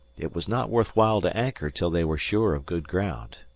it was not worth while to anchor till they were sure of good ground.